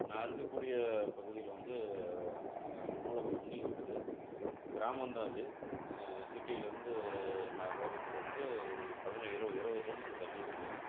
நான் இருக்கக்கூடிய பகுதியில் வந்து நூலகம் வந்து இருக்குது கிராமந்தான் அது சிட்டியிலிருந்து நகரத்திலருந்து ஒரு பதினே இருபது இருபது கிலோமீட்ரு தள்ளி இருக்குது